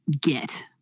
get